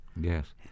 Yes